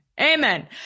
Amen